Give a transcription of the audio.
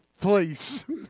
please